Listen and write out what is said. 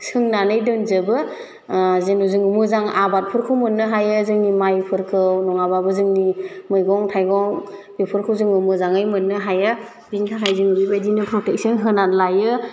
सोंनानै दोनजोबो जेन' जों मोजां आबादफोरखौ मोन्नो हायो जोंनि माइफोरखौ नङाबाबो जोंनि मैगं थाइगं बेफोरखौ जोङो मोजाङै मोननो हायो बिनि थाखायनो जों बिबायदिनो प्रटेकसन होनानै लायो